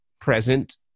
present